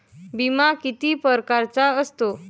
बिमा किती परकारचा असतो?